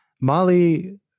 Molly